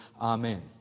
Amen